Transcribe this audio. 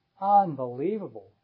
Unbelievable